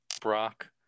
Brock